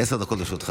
יש נוכח אחד.